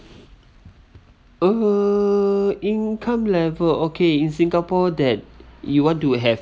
uh income level okay in singapore that you want to have